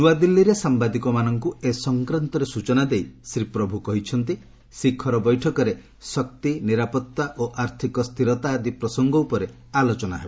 ନୂଆଦିଲ୍ଲୀରେ ସାମ୍ବାଦିକମାନଙ୍କୁ ଏ ସଂକ୍ରାନ୍ତରେ ସୂଚନା ଦେଇ ଶ୍ରୀ ପ୍ରଭୁ କହିଛନ୍ତି ଶିଖର ବୈଠକରେ ଶକ୍ତି ନିରାପତ୍ତା ଓ ଆର୍ଥିକ ସ୍ଥିରତା ଆଦି ପ୍ରସଙ୍ଗ ଉପରେ ଆଲୋଚନା ହେବ